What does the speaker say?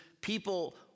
people